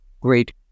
great